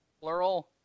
plural